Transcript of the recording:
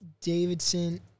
Davidson